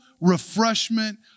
refreshment